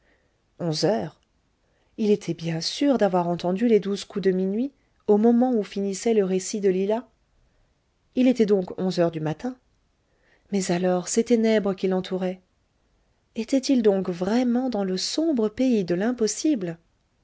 onze heures il était bien sûr d'avoir entendu les douze coups de minuit au moment où finissait le récit de lila il était donc onze heures du matin mais alors ces ténèbres qui l'environnaient etait-il donc vraiment dans le sombre pays de l'impossible